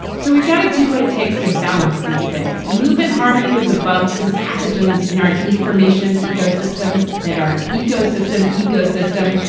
so we've got to do what it takes to balance these things, to move in harmony with the bugs and pathogens in our information ecosystem and our ecosystem ecosystem.